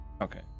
okay